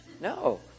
No